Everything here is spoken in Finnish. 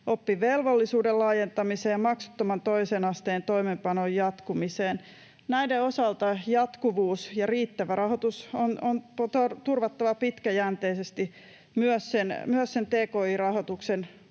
oppivelvollisuuden laajentamiseen ja maksuttoman toisen asteen toimeenpanon jatkumiseen. Näiden osalta jatkuvuus ja riittävä rahoitus on turvattava pitkäjänteisesti myös sen tki-rahoituksen